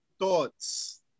thoughts